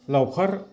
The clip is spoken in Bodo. लावखार